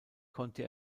konnte